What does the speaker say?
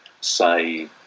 say